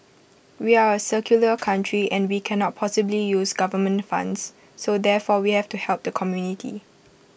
we are A secular country and we cannot possibly use government funds so therefore we have to help the community